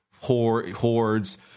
hordes